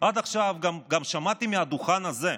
גם שמעתי מהדוכן הזה,